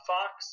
Fox